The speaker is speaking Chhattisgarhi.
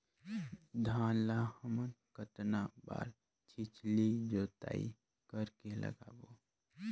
धान ला हमन कतना बार छिछली जोताई कर के लगाबो?